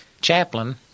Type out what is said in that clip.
chaplain